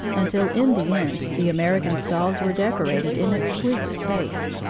until in the end the american stalls were decorated in exquisite taste,